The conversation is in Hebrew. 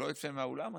שלא יצא מהאולם הזה,